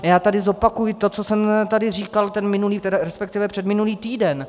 Já tady zopakuji to, co jsem tady říkal ten minulý, resp. předminulý týden.